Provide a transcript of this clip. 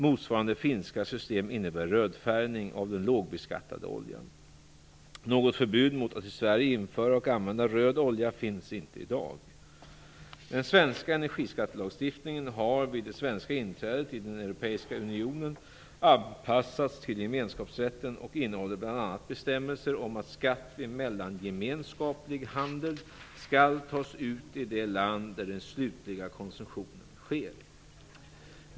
Motsvarande finska system innebär rödfärgning av den lågbeskattade oljan. Något förbud mot att i Sverige införa och använda röd olja finns inte i dag. Den svenska energiskattelagstiftningen har vid det svenska inträdet i den europeiska unionen anpassats till gemenskapsrätten och innehåller bl.a. bestämmelser om att skatt vid mellangemenskaplig handel skall tas ut i det land där den slutliga konsumtionen sker.